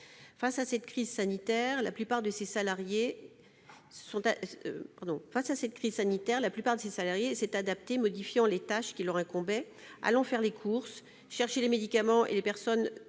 à cette crise sanitaire, la plupart de ces salariés se sont adaptés, modifiant les tâches qui leur incombaient, allant faire les courses et chercher les médicaments des personnes